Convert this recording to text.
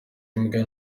imbwa